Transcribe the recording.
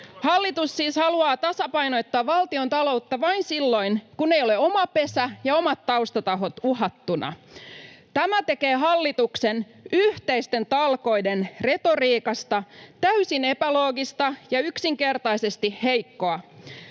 Hallitus siis haluaa tasapainottaa valtiontaloutta vain silloin, kun eivät ole oma pesä ja omat taustatahot uhattuina. Tämä tekee hallituksen yhteisten talkoiden retoriikasta täysin epäloogista ja yksinkertaisesti heikkoa.